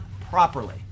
properly